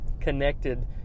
connected